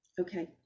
okay